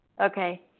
Okay